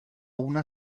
una